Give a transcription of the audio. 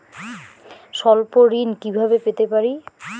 স্বল্প ঋণ কিভাবে পেতে পারি?